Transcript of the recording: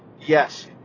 yes